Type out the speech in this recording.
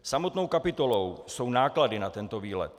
Samostatnou kapitolou jsou náklady na tento výlet.